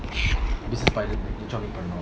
நெனச்சாஅப்டிபண்ணலாம்:nenacha apdi pannalam